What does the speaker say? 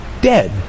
dead